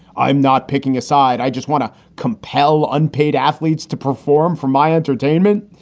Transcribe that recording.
i'm not picking a side. i just want to compel unpaid athletes to perform for my entertainment.